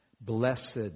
blessed